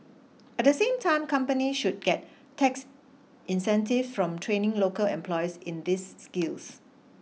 at the same time company should get tax incentives from training local employees in these skills